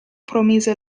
promise